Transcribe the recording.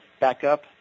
backup